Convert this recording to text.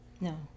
No